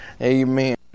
Amen